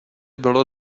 bylo